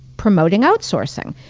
promoting outsourcing.